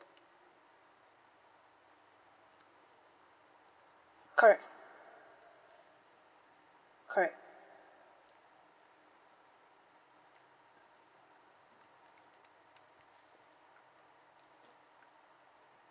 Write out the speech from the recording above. correct correct